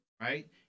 right